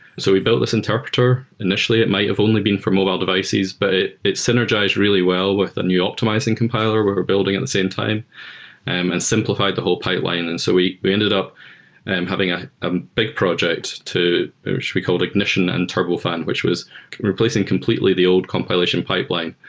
so we built this interpreter. initially, it might have only been for mobile devices, but it synergized really well with a new optimizing compiler we're building in and the same time um and simplified the whole pipeline. and so we we ended up and having ah a big project to which we called ignition and turbofan, which was replacing completely the old compilation pipeline,